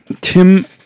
Tim